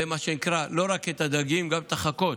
זה, מה שנקרא, לא רק הדגים, גם החכות.